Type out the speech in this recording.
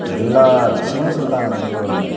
எல்லா விஷயமும் சொல்லிட்டாங்க திருக்குறளில்